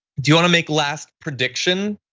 do you wanna make last prediction?